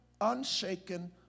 unshaken